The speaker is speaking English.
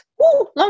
long